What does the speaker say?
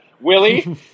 Willie